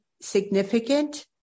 significant